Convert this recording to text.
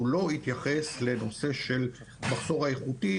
הוא לא התייחס לנושא של המחסור האיכותי,